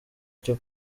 cyo